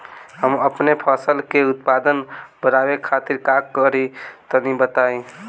हम अपने फसल के उत्पादन बड़ावे खातिर का करी टनी बताई?